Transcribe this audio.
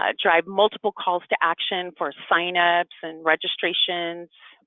ah drive multiple calls to action for signups and registrations,